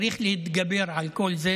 צריך להתגבר על כל זה